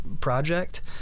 project